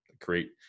create